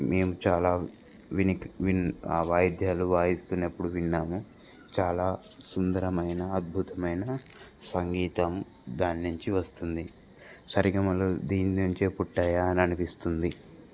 మేము చాలా వినిక్ విన్ వాయిద్యాలు వాయిస్తున్నప్పుడు విన్నాము చాలా సుందరమైన అద్భుతమైన సంగీతం దాని నుంచి వస్తుంది సరిగమలు దీని నుంచే పుట్టయా అని అనిపిస్తుంది